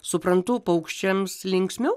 suprantu paukščiams linksmiau